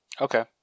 Okay